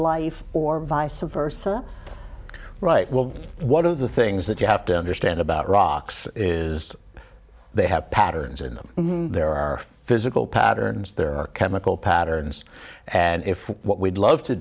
life or vice versa right well one of the things that you have to understand about rocks is they have patterns in them there are physical patterns there are chemical patterns and if what we'd love to